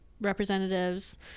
representatives